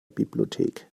bibliothek